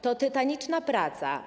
To tytaniczna praca.